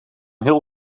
heel